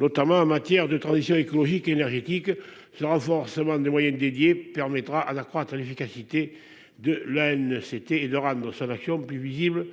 notamment en matière de transition écologique et énergétique, ce renforcement des moyens dédiés permettra d'accroître l'efficacité de la haine c'était et de ragots action plus visible